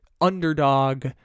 underdog